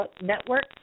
Network